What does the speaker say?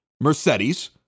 Mercedes